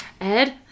Ed